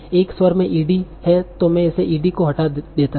एक स्वर में 'ed' है तो मैं इस 'ed' को हटा देता हूं